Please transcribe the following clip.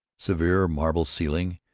severe marble ceiling,